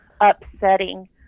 upsetting